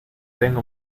tengo